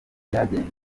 vyagenze